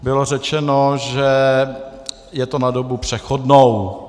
Bylo řečeno, že je to na dobu přechodnou.